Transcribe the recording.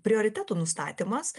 prioritetų nustatymas